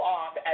off